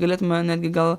galėtume netgi gal